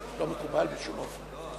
לא מקובל בשום אופן.